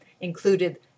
included